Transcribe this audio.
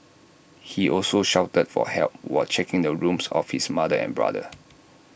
he also shouted for help while checking the rooms of his mother and brother